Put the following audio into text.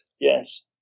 Yes